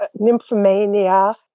nymphomania